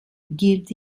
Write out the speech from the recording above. gilt